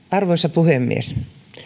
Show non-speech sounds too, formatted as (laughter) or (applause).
(unintelligible) arvoisa puhemies